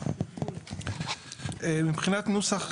מבחינת נוסח,